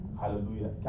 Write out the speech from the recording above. Hallelujah